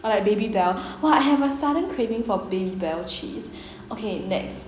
or like baby bel !wah! I have a sudden craving for baby bel cheese okay next